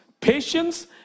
patience